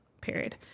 period